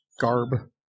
garb